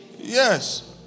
Yes